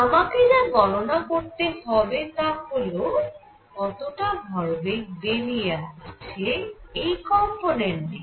আমাকে যা গণনা করতে হবে তা হলে কতটা ভরবেগ বেরিয়ে আসছে এই কম্পোনেন্ট দিয়ে